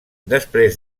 després